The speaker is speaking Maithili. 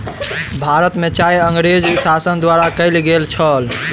भारत में चाय अँगरेज़ शासन द्वारा कयल गेल छल